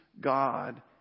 God